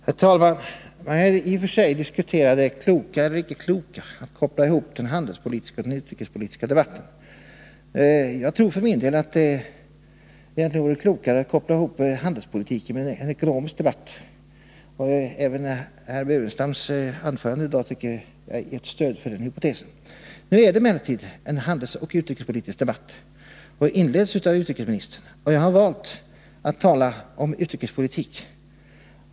Fru talman! Man kan i och för sig diskutera det kloka eller icke kloka i att koppla ihop den handelspolitiska och den utrikespolitiska debatten. Jag tror för min del att det egentligen varit klokare att koppla ihop debatten om handelspolitiken med en ekonomisk debatt. Även herr Burenstam Linders anförande i dag utgör ett stöd för den hypotesen. Nu för vi emellertid en utrikesoch handelspolitisk debatt. Den inleddes av utrikesministern. Jag har valt att tala om utrikespolitik.